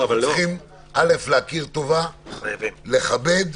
צריכים להכיר טובה, לכבד,